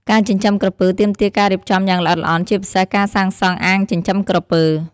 ការចិញ្ចឹមក្រពើទាមទារការរៀបចំយ៉ាងល្អិតល្អន់ ជាពិសេសការសាងសង់អាងចិញ្ចឹមក្រពើ។